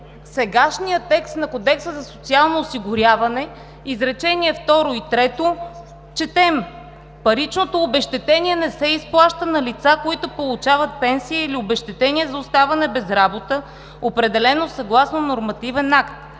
сегашния текст на Кодекса за социално осигуряване в изречения второ и трето четем: „Паричното обезщетение не се изплаща на лица, които получават пенсии или обезщетения за оставане без работа, определено съгласно нормативен акт.